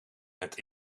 het